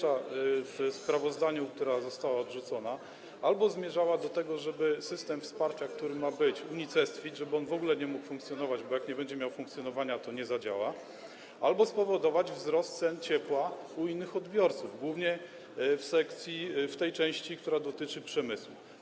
ze sprawozdania, która została odrzucona, zmierzała albo do tego, żeby system wsparcia, który ma być, unicestwić, żeby on w ogóle nie mógł funkcjonować, bo jak nie będzie miał możliwości funkcjonowania, to nie zadziała, albo spowodować wzrost cen ciepła u innych odbiorców, głównie w tej części, która dotyczy przemysłu.